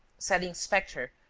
said the inspector,